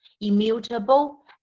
immutable